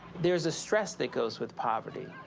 there's a stress that goes with poverty.